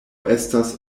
estas